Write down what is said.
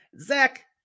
zach